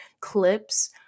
clips